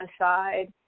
aside